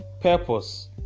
Purpose